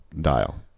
dial